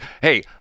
Hey